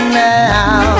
now